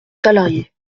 salariés